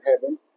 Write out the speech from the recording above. heaven